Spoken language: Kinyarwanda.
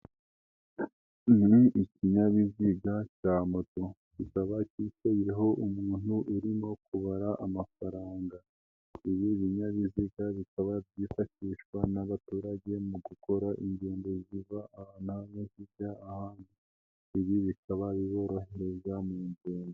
Ni ikinyabiziga cya moto kikaba cyicayeho umuntu urimo kubara amafaranga, ibi binyabiziga bikaba byifashishwa n'abaturage mu gukora ingendo ziva ahantu zijya ahandi, ibi bikaba biboroheza mu ngendo.